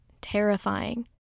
terrifying